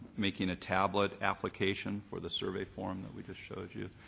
making a tablet application for the survey form that we just showed you.